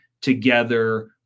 together